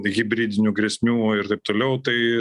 hibridinių grėsmių ir taip toliau tai